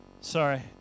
sorry